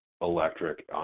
electric